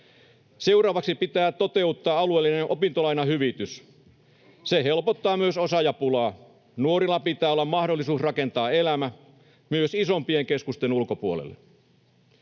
Seuraavaksi pitää toteuttaa alueellinen opintolainahyvitys. Se helpottaa myös osaajapulaa. Nuorilla pitää olla mahdollisuus rakentaa elämä myös isompien keskusten ulkopuolelle.